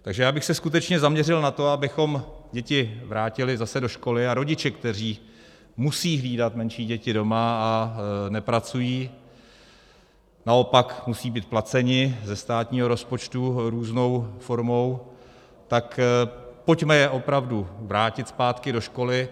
Takže já bych se skutečně zaměřil na to, abychom děti vrátili zase do školy, a rodiče, kteří musejí hlídat menší děti doma a nepracují, naopak musejí být placeni ze státního rozpočtu různou formou, tak pojďme je opravdu vrátit zpátky do školy.